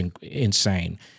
insane